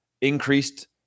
increased